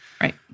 Right